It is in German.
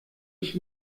ich